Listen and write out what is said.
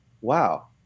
wow